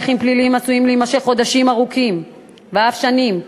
הליכים פליליים עשויים להימשך חודשים ארוכים ואף שנים,